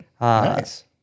Nice